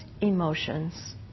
emotions